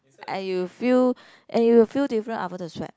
and you feel and you feel different after the sweat